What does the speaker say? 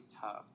tough